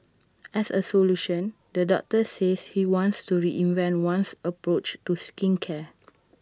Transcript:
as A solution the doctor says he wants to reinvent one's approach to skincare